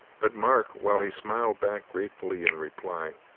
but mark, while he smiled back gratefully in reply,